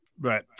Right